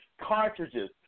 cartridges